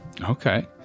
Okay